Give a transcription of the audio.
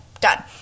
Done